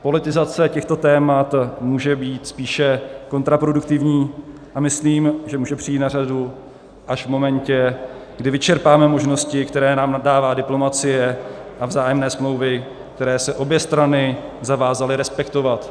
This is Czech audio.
Politizace těchto témat může být spíše kontraproduktivní a myslím, že může přijít na řadu až v momentě, kdy vyčerpáme možnosti, které nám dává diplomacie a vzájemné smlouvy, které se obě strany zavázaly respektovat.